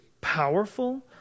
powerful